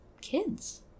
kids